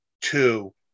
two